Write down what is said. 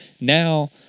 Now